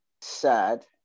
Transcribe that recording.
sad